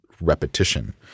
repetition